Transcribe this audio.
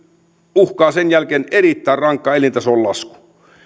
uhkaa sen jälkeen erittäin rankka elintason lasku